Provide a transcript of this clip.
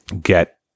get